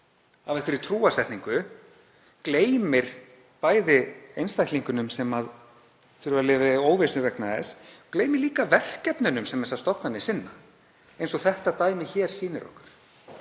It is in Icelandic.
af einhverri trúarsetningu gleymir bæði einstaklingunum sem þurfa að lifa í óvissu vegna þess, gleymir líka verkefnunum sem þessar stofnanir sinna, eins og þetta dæmi sýnir okkur.